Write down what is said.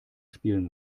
spielen